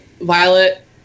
Violet